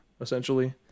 essentially